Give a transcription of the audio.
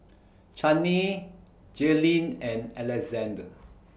Channie Jaelynn and Alexandr